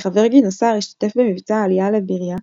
כחבר גינוסר השתתף במבצע העלייה לביריה,